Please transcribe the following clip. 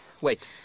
Wait